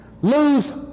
lose